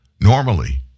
Normally